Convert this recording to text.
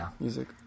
music